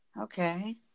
Okay